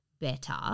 better